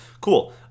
cool